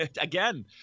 Again